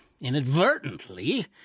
inadvertently